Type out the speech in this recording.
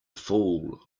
fool